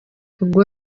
ubwo